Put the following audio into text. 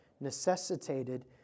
necessitated